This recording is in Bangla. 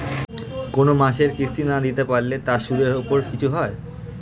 কোন মাসের কিস্তি না দিতে পারলে তার সুদের উপর কিছু হয়?